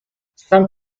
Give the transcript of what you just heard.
some